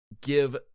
give